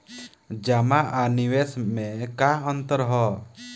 जमा आ निवेश में का अंतर ह?